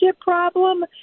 problem